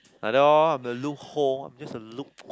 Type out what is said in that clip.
like that loh a loophole just a loop